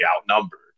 outnumbered